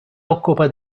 occupa